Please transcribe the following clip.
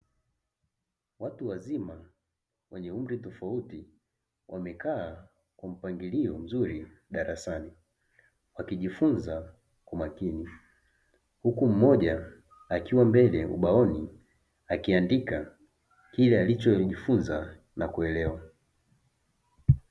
Watu wazima wenye umri tofauti wamekaa kwa mpangilio mzuri darasani wakijifunza kwa makini, huku mmoja akiwa mbele ubaoni akiandika kile alichojifunza na kuelewa.